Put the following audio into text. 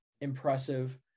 impressive